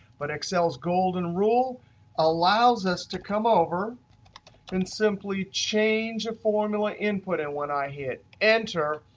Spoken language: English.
but excel's golden rule allows us to come over and simply change a formula input. and when i hit enter,